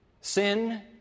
Sin